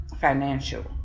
Financial